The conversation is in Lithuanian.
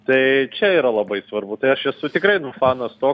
tai čia yra labai svarbu tai aš esu tikrai nu fanas to